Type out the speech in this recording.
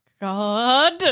God